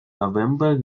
november